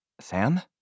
Sam